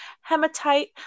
hematite